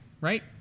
right